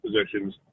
positions